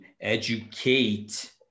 educate